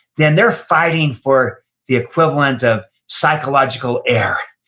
then they're fighting for the equivalent of psychological air.